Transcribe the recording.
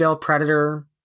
Predator